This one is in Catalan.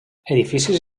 edificis